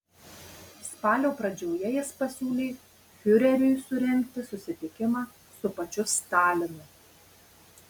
spalio pradžioje jis pasiūlė fiureriui surengti susitikimą su pačiu stalinu